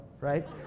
right